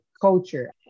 culture